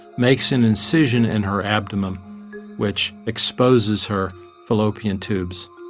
makes an incision in her abdomen which exposes her fallopian tubes.